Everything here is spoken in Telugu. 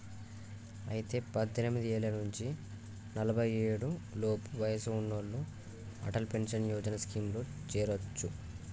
అయితే పద్దెనిమిది ఏళ్ల నుంచి నలఫై ఏడు లోపు వయసు ఉన్నోళ్లు అటల్ పెన్షన్ యోజన స్కీమ్ లో చేరొచ్చు